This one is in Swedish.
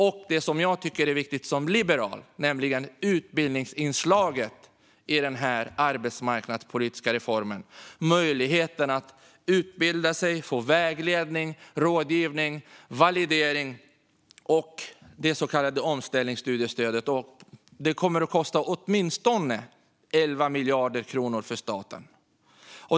Jag som liberal tycker att det är viktigt med utbildningsinslaget i den här arbetsmarknadspolitiska reformen, alltså möjligheten att utbilda sig, få vägledning, rådgivning, validering och det så kallade omställningsstudiestödet. Det kommer att kosta åtminstone 11 miljarder kronor för staten.